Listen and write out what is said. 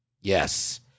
Yes